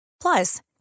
Plus